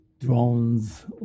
Drones